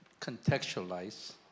contextualize